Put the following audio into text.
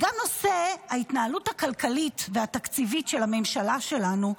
גם בנושא ההתנהלות הכלכלית והתקציבית של הממשלה שלנו,